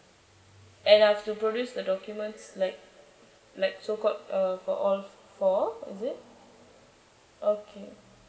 and I have to produce the documents like like so called uh for all four is it okay